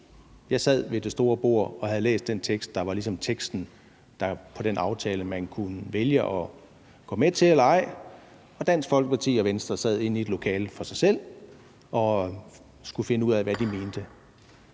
Jeg sad ved det store bord og havde læst den tekst, der ligesom var teksten til den aftale, man kunne vælge at gå med til eller ej. Og Dansk Folkeparti og Venstre sad inde i et lokale for sig selv og skulle finde ud af, hvad de mente.